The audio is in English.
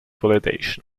validation